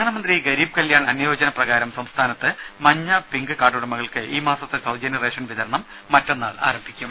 രുമ പ്രധാനമന്ത്രി ഗരീബ് കല്യാൺ അന്നയോജന പ്രകാരം സംസ്ഥാനത്ത് മഞ്ഞ പിങ്ക് കാർഡുകൾക്ക് ഈ മാസത്തെ സൌജന്യ റേഷൻ വിതരണം മറ്റന്നാൾ ആരംഭിക്കും